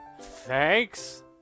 Thanks